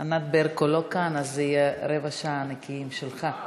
ענת ברקו לא כאן, אז יש רבע שעה נקייה שלך.